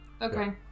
Okay